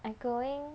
I going